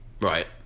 Right